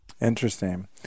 Interesting